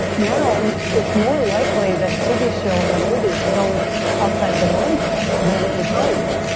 now, it's more likely that a tv show or a movie is filmed outside of atlanta than in hollywood.